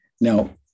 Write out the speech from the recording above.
now